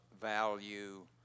value